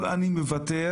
אבל אני מוותר.